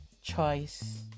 Choice